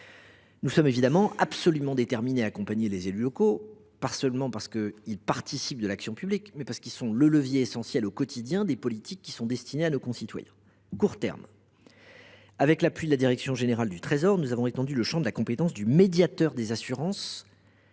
Nous sommes absolument déterminés à accompagner les élus locaux, non pas seulement parce qu’ils participent à l’action publique, mais parce qu’ils constituent le levier essentiel, au quotidien, des politiques destinées à nos concitoyens. Nous agissons à court terme. Avec l’appui de la direction générale du Trésor, nous avons étendu la compétence du médiateur de l’assurance